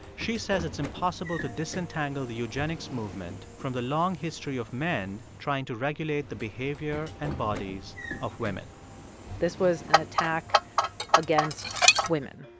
she says it's impossible to disentangle the eugenics movement from the long history of men trying to regulate the behavior and bodies of women this was an attack against women.